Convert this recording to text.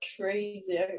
crazy